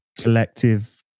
collective